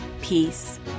peace